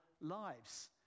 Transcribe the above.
lives